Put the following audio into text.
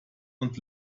und